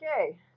Okay